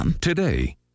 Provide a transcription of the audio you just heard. Today